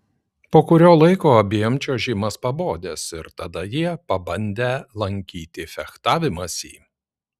po kurio laiko abiem čiuožimas pabodęs ir tada jie pabandę lankyti fechtavimąsi